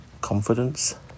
Confidence